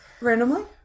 Randomly